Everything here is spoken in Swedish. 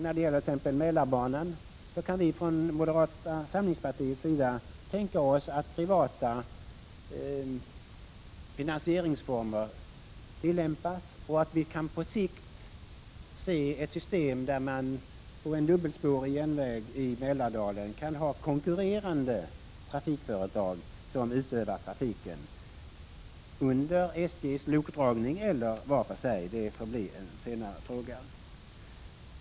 När det gäller Mälarbanan kan vi från moderata samlingspartiet tänka oss att privata finansieringsformer tillämpas. På sikt kan vi här se ett system där man på en dubbelspårig järnväg i Mälardalen kan ha konkurrerande trafikföretag som utövar trafiken under SJ:s lokdragning eller vart för sig; det får bli en senare fråga.